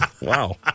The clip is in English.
Wow